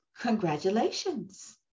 congratulations